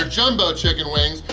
ah jumbo chicken wings!